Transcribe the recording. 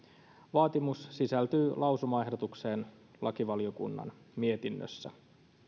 vaatimus sisältyy lausumaehdotukseen lakivaliokunnan mietinnössä